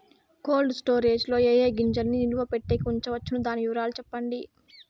Cold storage లో ఏ ఏ గింజల్ని నిలువ పెట్టేకి ఉంచవచ్చును? దాని వివరాలు సెప్పండి?